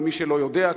למי שלא יודע,